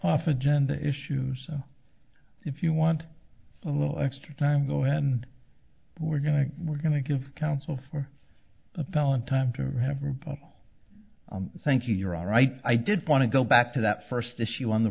off agenda issues so if you want a little extra time go in we're going to we're going to give counsel for a valentine to thank you you're all right i did want to go back to that first issue on the